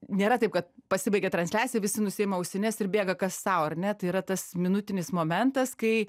nėra taip kad pasibaigė transliacija visi nusiima ausines ir bėga kas sau ar ne tai yra tas minutinis momentas kai